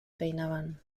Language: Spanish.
peinaban